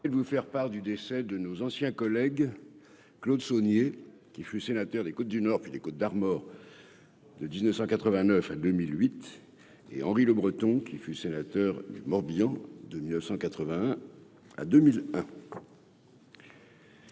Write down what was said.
Et vous faire part du décès de nos anciens collègues Claude Saunier, qui fut sénateur des Côtes du Nord puis des Côtes d'Armor, de 1989 à 2008 et Henri Le Breton, qui fut sénateur du Morbihan de 1981. à 2000.